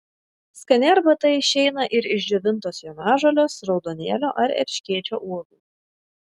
skani arbata išeina ir iš džiovintos jonažolės raudonėlio ar erškėčio uogų